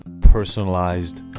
personalized